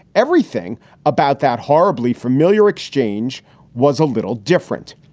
everything about that horribly familiar exchange was a little different.